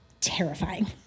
Terrifying